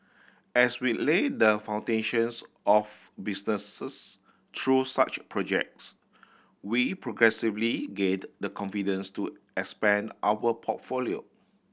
as we laid the foundations of businesses through such projects we progressively gained the confidence to expand our portfolio